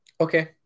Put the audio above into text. Okay